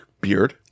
beard